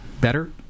better